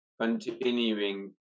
continuing